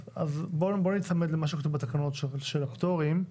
אז בואי ניצמד למה שכתוב בתקנות של הפטורים,